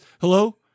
Hello